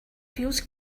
feels